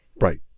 right